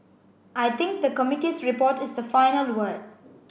I think the committee's report is the final word